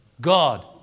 God